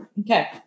Okay